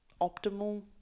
optimal